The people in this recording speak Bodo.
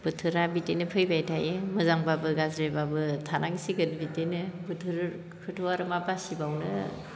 बोथोरा बिदिनो फैबाय थायो मोजांब्लाबो गाज्रिब्लाबो थानांसिगोन बिदिनो बोथोरखोथ' आरो मा बासिबावनो